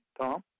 Tom